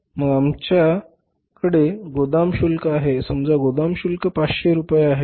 मग आमच्याकडे गोदाम शुल्क आहे समजा गोदाम शुल्क 500 रुपये आहे